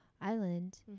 island